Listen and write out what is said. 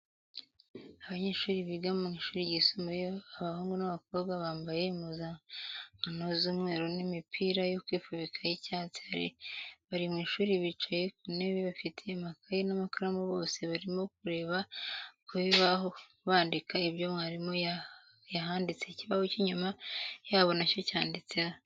Abanyeshuri biga mu ishuri ryisumbuye abahungu n'abakobwa, bambaye impuzankano z'umweru n'imipira yo kwifubika y'icyatsi, bari mu ishuri bicaye ku ntebe bafite amakaye n'amakaramu bose barimo kureba ku kibaho bandika ibyo mwarimu yahanditse, ikibaho cy'inyuma yabo nacyo cyanditseho.